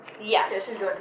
Yes